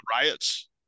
riots